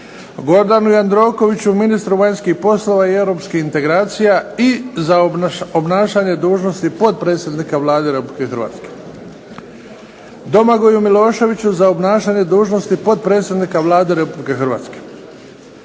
Gordanu Jandrokoviću, ministru vanjskih poslova i europskih integracija, i za obnašanje dužnosti potpredsjednika Vlade Republike Hrvatske; - Domagoju Miloševiću, za obnašanje dužnosti potpredsjednika Vlade Republike Hrvatske;